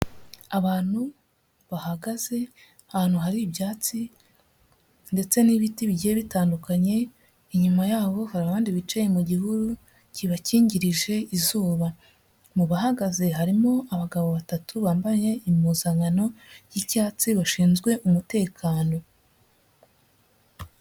Abantu bahagaze ahantu hari ibyatsi ndetse n'ibiti bigiye bitandukanye, inyuma yabo hari abandi bicaye mu gihuru kibakingirije izuba mu bahagaze harimo abagabo batatu bambaye impuzankano y'icyatsi bashinzwe umutekano.